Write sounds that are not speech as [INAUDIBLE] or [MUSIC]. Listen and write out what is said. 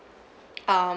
[NOISE] um